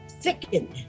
thicken